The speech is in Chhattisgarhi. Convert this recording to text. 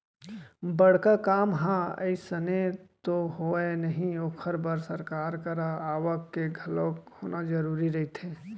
बड़का काम ह अइसने तो होवय नही ओखर बर सरकार करा आवक के घलोक होना जरुरी रहिथे